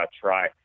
try